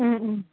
ও ও